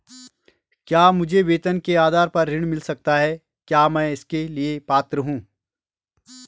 क्या मुझे वेतन के आधार पर ऋण मिल सकता है क्या मैं इसके लिए पात्र हूँ?